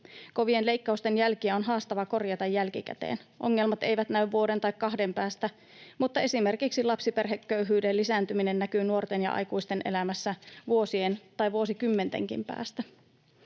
Kovien leikkausten jälkiä on haastava korjata jälkikäteen. Ongelmat eivät näy vuoden tai kahden päästä, mutta esimerkiksi lapsiperheköyhyyden lisääntyminen näkyy nuorten ja aikuisten elämässä vuosien tai vuosikymmentenkin päästä.